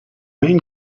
main